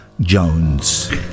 Jones